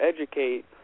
educate